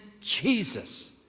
Jesus